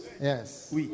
yes